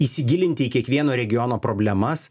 įsigilinti į kiekvieno regiono problemas